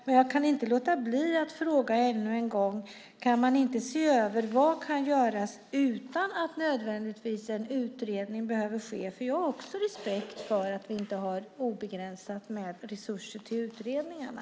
Men jag kan inte låta bli att fråga ännu en gång: Kan man inte se över vad som kan göras utan att en utredning nödvändigtvis behöver ske? Jag har nämligen också respekt för att vi inte har obegränsat med resurser till utredningarna.